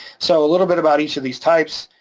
so a little bit about each of these types,